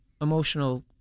emotional